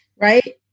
Right